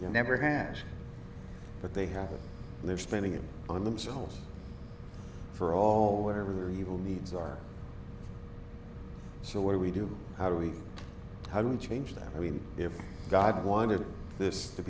you never hatch but they have it and they're spending it on themselves for all whatever their evil needs are so what do we do how do we how do we change that i mean if god wanted this to